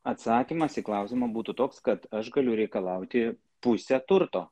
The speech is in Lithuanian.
atsakymas į klausimą būtų toks kad aš galiu reikalauti pusę turto